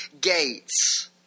gates